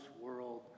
world